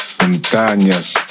montañas